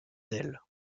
d’elle